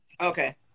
okay